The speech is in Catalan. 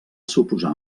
suposar